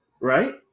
right